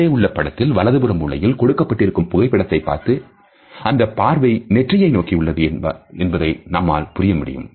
மேலே உள்ள படத்தில் வலதுபுற மூலையில் கொடுக்கப்பட்டிருக்கும் புகைப்படத்தை பார்த்து அந்தப்பார்வை நெற்றியை நோக்கி உள்ளது என்பதை நம்மால் புரிய முடியும்